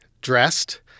dressed